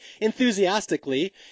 enthusiastically